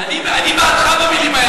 אני בעדך במילים האלה.